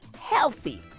healthy